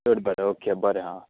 करता तर ओके बरें हां